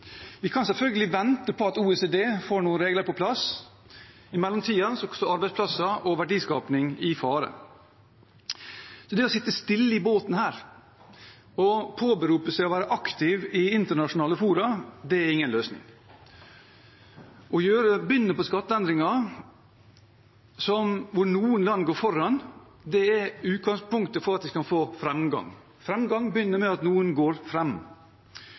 Vi kan selvfølgelig vente på at OECD får noen regler på plass – i mellomtiden står arbeidsplasser og verdiskaping i fare. Det å sitte stille i denne båten og påberope seg å være aktiv i internasjonale fora er ingen løsning. Å begynne med skatteendringer hvor noen land går foran, er utgangspunktet for at vi kan få framgang. Framgang begynner med at noen går